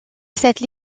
cette